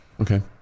Okay